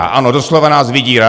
Ano, doslova nás vydírá.